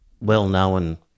well-known